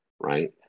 right